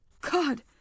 God